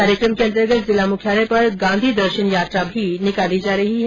कार्यक्रम के अंतर्गत जिला मुख्यालय पर गांधी दर्शन यात्रा भी निकाली जा रही है